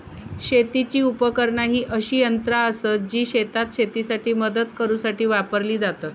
शेतीची उपकरणा ही अशी यंत्रा आसत जी शेतात शेतीसाठी मदत करूसाठी वापरली जातत